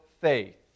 faith